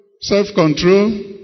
self-control